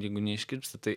jeigu neiškirpsit tai